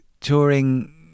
touring